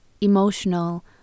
emotional